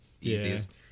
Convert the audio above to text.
easiest